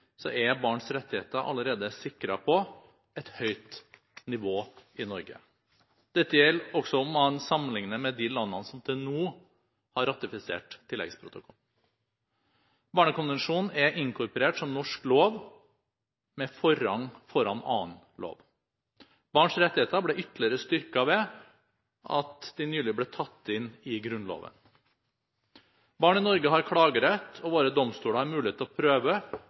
er barns rettigheter allerede sikret på et høyt nivå i Norge. Dette gjelder også om man sammenligner med de landene som til nå har ratifisert tilleggsprotokollen. Barnekonvensjonen er inkorporert som norsk lov med forrang foran annen lov. Barns rettigheter ble ytterligere styrket ved at de nylig ble tatt inn i Grunnloven. Barn i Norge har klagerett, og våre domstoler har mulighet til å prøve